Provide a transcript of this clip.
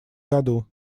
году